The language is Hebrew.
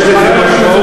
יש לזה משמעות,